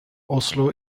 oslo